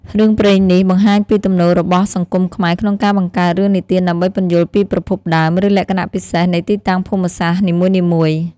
រឿងព្រេងនេះបង្ហាញពីទំនោររបស់សង្គមខ្មែរក្នុងការបង្កើតរឿងនិទានដើម្បីពន្យល់ពីប្រភពដើម ឬលក្ខណៈពិសេសនៃទីតាំងភូមិសាស្ត្រនីមួយៗ។